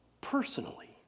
personally